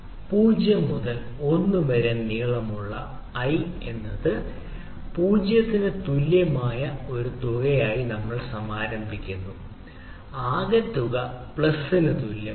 0 മുതൽ l വരെ നീളമുള്ള i എന്നതിന് 0 ന് തുല്യമായ ഒരു തുക നമ്മൾ സമാരംഭിക്കുന്നു ആകെ തുക പ്ലസിന് തുല്യമാണ്